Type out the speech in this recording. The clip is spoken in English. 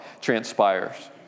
transpires